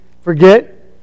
forget